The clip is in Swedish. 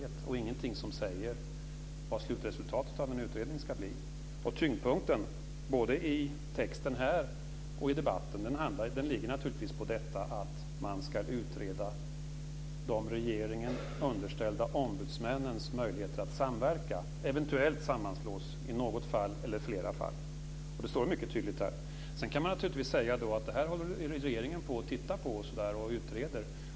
Det är ingenting som säger vad slutresultatet av en utredning ska bli. Tyngdpunkten både i texten här och i debatten ligger på detta med att man ska utreda de regeringen underställda ombudsmännens möjligheter att samverka - eventuellt sammanslås i något eller flera fall. Det står ju mycket tydligt här. Sedan kan man naturligtvis säga att detta tittar regeringen på och utreder.